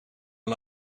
een